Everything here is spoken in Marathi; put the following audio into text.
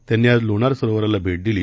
त्यांनी आज लोणार सरोवराला भेट दिली